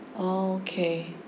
oh okay